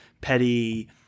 petty